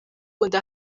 ahubwo